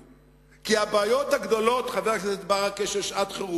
גם כי אני קצת מכיר אותך ואני חושב שאתה אוהב משחקים כאלה,